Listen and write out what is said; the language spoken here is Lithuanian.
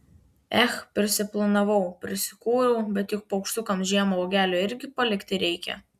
ech prisiplanavau prisikūriau bet juk paukštukams žiemą uogelių irgi palikti reikia